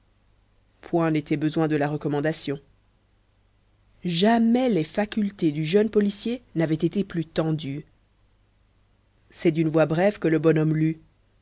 point n'était besoin de la recommandation jamais les facultés du jeune policier n'avaient été plus tendues c'est d'une voix brève que le bonhomme lut